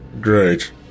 great